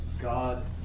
God